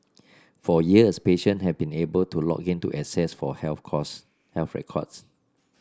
for years patient have been able to log in to access for health cause health records